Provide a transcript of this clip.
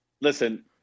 Listen